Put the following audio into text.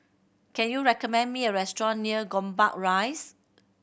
can you recommend me a restaurant near Gombak Rise